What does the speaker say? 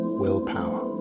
willpower